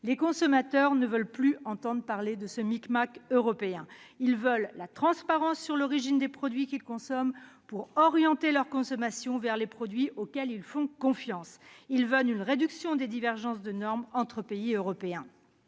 Les consommateurs ne veulent plus entendre parler de ce micmac européen. Ils veulent la transparence sur l'origine des produits qu'ils consomment, de manière à orienter leur consommation vers les produits auxquels ils font confiance. Ils veulent aussi une réduction des divergences de normes entre pays européens.